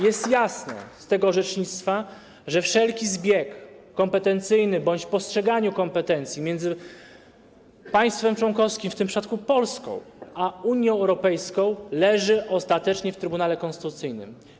Jasno wynika z tego orzecznictwa, że wszelki zbieg kompetencyjny bądź w postrzeganiu kompetencji między państwem członkowskim, w tym przypadku Polską, a Unią Europejską leży ostatecznie w Trybunale Konstytucyjnym.